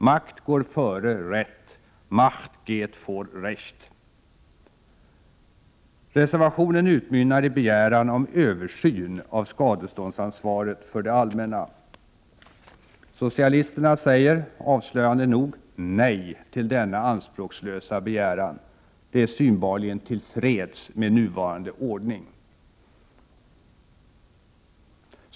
Makt går före rätt — ”Macht geht vor Recht.” Reservationen utmynnar i begäran om översyn av skadeståndsansvaret för det allmänna. Socialisterna säger, avslöjande nog, nej till denna anspråklösa begäran. De är synbarligen till freds med nuvarande ordning.